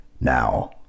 Now